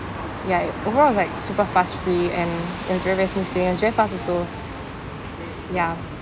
ya it overall it was like super fuss free and it was very very smooth sailing and it was very fast also ya